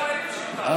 לשבת.